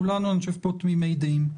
כולנו פה תמימי דעים.